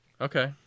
Okay